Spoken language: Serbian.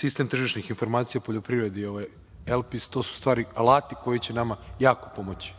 sistem tržišnih informacija u poljoprivredi, ovo MLP to su stvari, alati koji će nama jako pomoći